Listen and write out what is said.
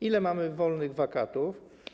Ile mamy wolnych wakatów?